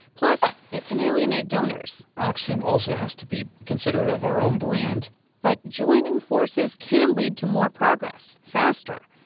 plus, it can alienate donors oxfam also has to be considerate of our own brand but joining forces can lead to more progress, faster.